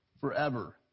forever